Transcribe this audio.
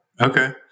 Okay